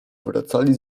wracali